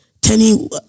Tenny